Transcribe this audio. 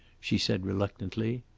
she said reluctantly.